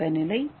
வெப்ப நிலை